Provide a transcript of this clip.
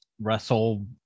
wrestle